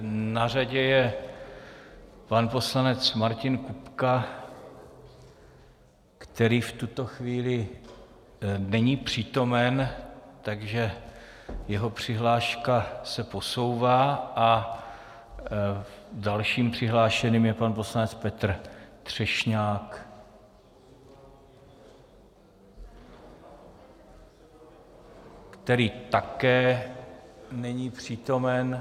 Na řadě je pan poslanec Martin Kupka, který v tuto chvíli není přítomen, jeho přihláška se posouvá, a dalším přihlášeným je pan poslanec Petr Třešňák, který také není přítomen.